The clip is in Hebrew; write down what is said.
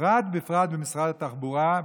בפרט בפרט במשרד התחבורה.